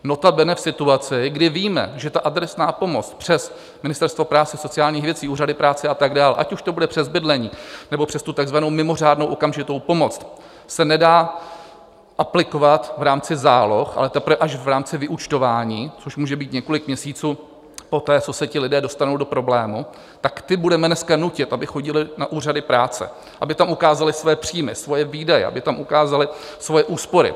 Notabene v situaci, kdy víme, že ta adresná pomoc přes Ministerstvo práce a sociálních věcí, úřady práce a tak dál, ať už to bude přes bydlení, nebo přes tu tak zvanou mimořádnou okamžitou pomoc, se nedá aplikovat v rámci záloh, ale teprve až v rámci vyúčtování, což může být několik měsíců poté, co se ti lidé dostanou do problému, tak ty budeme dneska nutit, aby chodili na úřady práce, aby tam ukázali svoje příjmy, svoje výdaje, aby tam ukázali svoje úspory?